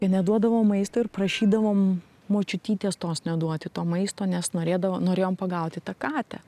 neduodavom maisto ir prašydavom močiutytės tos neduoti to maisto nes norėdavo norėjom pagauti tą katę